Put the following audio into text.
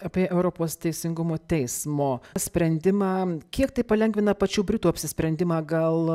apie europos teisingumo teismo sprendimą kiek tai palengvina pačių britų apsisprendimą gal